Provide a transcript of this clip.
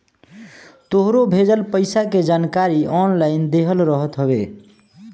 तोहरो भेजल पईसा के जानकारी ऑनलाइन देहल रहत हवे